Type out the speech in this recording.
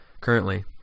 currently